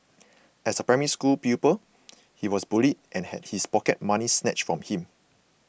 as a Primary School pupil he was bullied and had his pocket money snatched from him